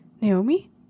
Naomi